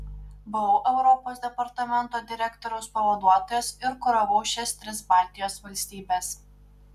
buvau europos departamento direktoriaus pavaduotojas ir kuravau šias tris baltijos valstybes